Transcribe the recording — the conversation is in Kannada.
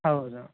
ಹೌದು